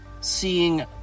seeing